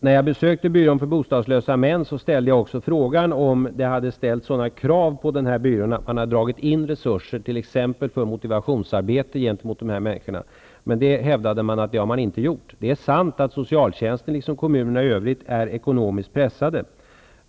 När jag besökte byrån för bostadslösa män, ställde jag frågan om det hade ställts sådana krav på denna byrå att man hade dragit in resurser t.ex. för motivationsarbete gentemot dessa människor. Men från byrån hävdade man att det inte hade skett. Det är sant att socialtjänsten liksom kommunerna i övrigt är ekonomiskt pressade.